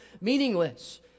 Meaningless